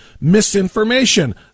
misinformation